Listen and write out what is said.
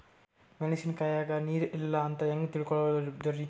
ಮೆಣಸಿನಕಾಯಗ ನೀರ್ ಇಲ್ಲ ಅಂತ ಹೆಂಗ್ ತಿಳಕೋಳದರಿ?